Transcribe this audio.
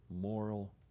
moral